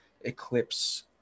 eclipse